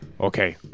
Okay